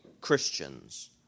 Christians